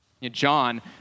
John